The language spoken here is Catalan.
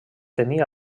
tenia